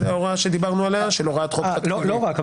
כי זו ההוראה שדיברנו עליה של הוראת חוק --- לא רק.